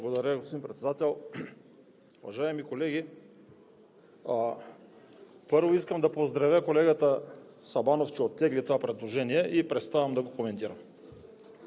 Благодаря, господин Председател. Уважаеми колеги! Първо, искам да поздравя колегата Сабанов, че оттегли това предложение и преставам да го коментирам.